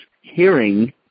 hearing